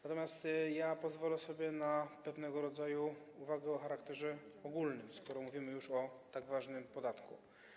Natomiast ja pozwolę sobie na pewnego rodzaju uwagę o charakterze ogólnym, skoro mówimy już o tak ważnym podatku.